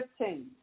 15